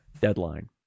deadline